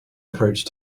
approach